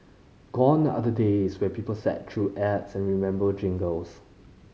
gone are the days when people sat through ads and remembered jingles